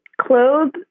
clothes